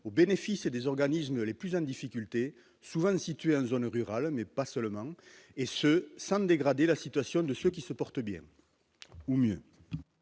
au bénéfice et des organismes les plus en difficulté souvent situés en zone rurale, mais pas seulement et se sentent dégradé la situation de ceux qui se portent bien, ou mieux.